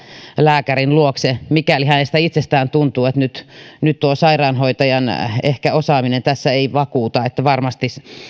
lääkärin luokse mikäli hänestä itsestään tuntuu että nyt ehkä tuo sairaanhoitajan osaaminen ei vakuuta että